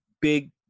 big